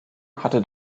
hatte